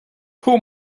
pull